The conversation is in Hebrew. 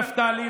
נפתלי,